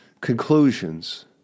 Conclusions